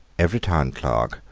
every town clerk,